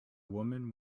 woman